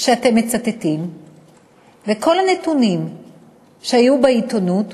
שאתם מצטטים וכל הנתונים שהיו בעיתונות